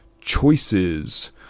choices